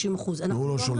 30%. והוא לא שולח.